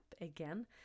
again